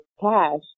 cash